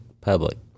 public